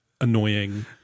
annoying